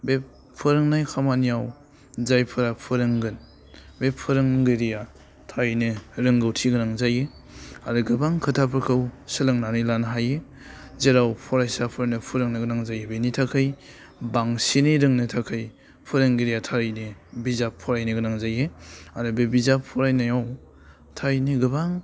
बे फोरोंनाय खामानियाव जायफोरा फोरोंगोन बे फोरोंगिरिया थारैनो रोंगौथि गोनां जायो आरो गोबां खोथाफोरखौ सोलोंनानै लानो हायो जेराव फरायसाफोरनो फोरोंनो गोनां जायो बिनि थाखाय बांसिनै रोंनो थाखाय फोरोंगिरिया थारैनो बिजाब फरायनो गोनां जायो आरो बे बिजाब फरायनायाव थारैनो गोबां